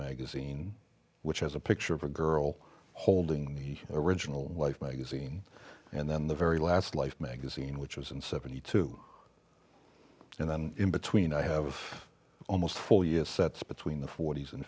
magazine which has a picture of a girl holding the original life magazine and then the very last life magazine which was in seventy two and then in between i have almost full years sets between the forty's and